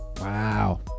Wow